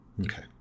Okay